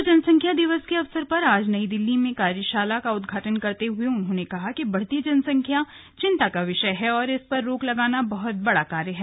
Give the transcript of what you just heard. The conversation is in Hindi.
विश्व जनसंख्या दिवस के अवसर पर आज नई दिल्ली में कार्यशाला का उद्घाटन करते हुए उन्होंने कहा कि बढ़ती जनसंख्या चिंता का विषय है और इस पर रोक लगाना बहुत बड़ा कार्य है